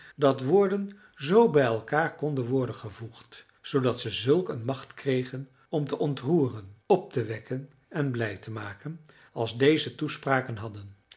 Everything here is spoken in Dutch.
dat woorden z bij elkaar konden worden gevoegd zoodat ze zulk een macht kregen om te ontroeren op te wekken en blij te maken als deze toespraken hadden